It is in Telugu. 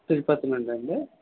తిరుపతి నుండా అండి